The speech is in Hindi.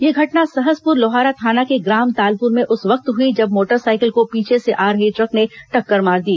यह घटना सहसपुर लोहारा थाना के ग्राम तालपुर में उस वक्त हुई जब मोटरसाइकिल को पीछे से आ रही ट्रक ने टक्कर मार दी